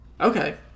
Okay